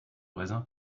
raisin